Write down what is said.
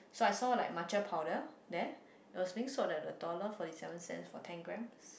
so I saw like matcha powder there it was being sold at a dollar forty seven cents for ten grams